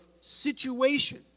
situation